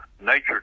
nature